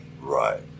Right